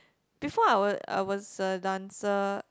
before I was I was a dancer